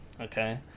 Okay